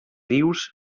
rius